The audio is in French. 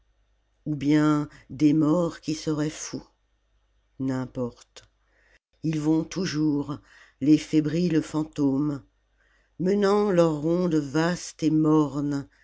ou bien des morts qui seraient fous n'importe ils vont toujours les fébriles fantômes menant leur ronde vaste et morne